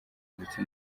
ndetse